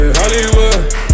Hollywood